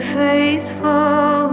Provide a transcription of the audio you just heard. faithful